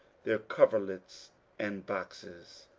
their coverlets and boxes.